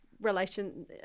relation